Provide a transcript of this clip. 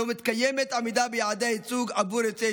"לא מתקיימת עמידה ביעדי הייצוג עבור יוצאי